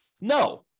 No